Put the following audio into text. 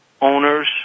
owners